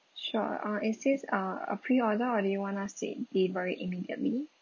sure uh is this uh a preorder or do you want us de~ deliver it immediately